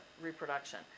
reproduction